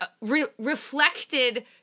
reflected